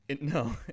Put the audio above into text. No